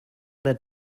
led